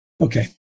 Okay